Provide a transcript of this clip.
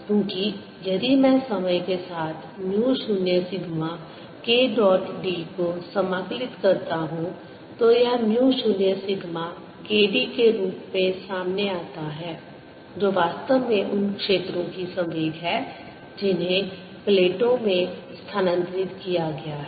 क्योंकि यदि मैं समय के साथ mu 0 sigma K dot d को समाकलित करता हूं तो यह म्यू 0 सिग्मा K d के रूप में सामने आता है जो वास्तव में उन क्षेत्रों की संवेग है जिन्हें प्लेटों में स्थानांतरित किया गया है